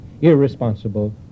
irresponsible